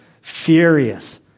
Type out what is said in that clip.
furious